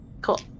Cool